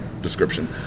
description